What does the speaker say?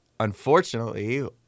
unfortunately